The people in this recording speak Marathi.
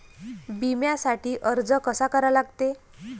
बिम्यासाठी अर्ज कसा करा लागते?